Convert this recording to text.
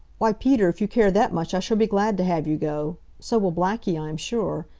why, peter, if you care that much i shall be glad to have you go. so will blackie, i am sure.